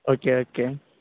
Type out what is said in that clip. okay okay